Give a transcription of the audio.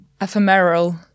ephemeral